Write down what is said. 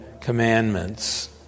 commandments